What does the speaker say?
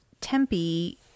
Tempe